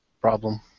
problem